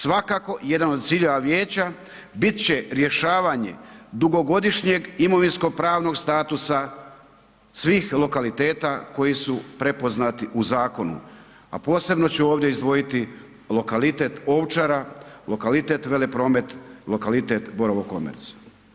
Svakako jedan od ciljeva vijeća bit će rješavanje dugogodišnjeg imovinskopravnog statusa svih lokaliteta koji su prepoznati u zakonu, a posebno ću ovdje izdvojiti lokalitet Ovčara, lokalitet Velepromet, lokalitet Borovo Commerce.